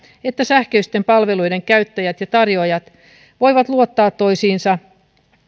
että sähköisten palveluiden käyttäjät ja tarjoajat voivat luottaa toisiinsa